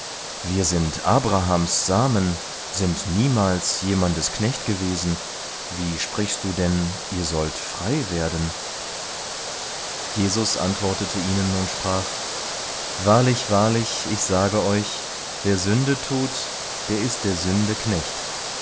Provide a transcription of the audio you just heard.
wir sind abrahams samen sind niemals jemandes knecht gewesen wie sprichst du denn ihr sollt frei werden jesus antwortete ihnen und sprach wahrlich wahrlich ich sage euch wer sünde tut der ist der sünde